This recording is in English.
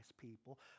people